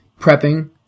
prepping